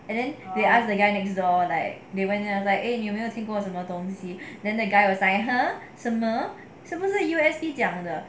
and then they ask the guy next door like they went there like eh 你有没有听过什么东西 then the guy was like !huh! 什么是不是 U_S_B 讲的